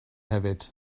hefyd